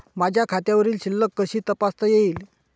माझ्या खात्यावरील शिल्लक कशी तपासता येईल?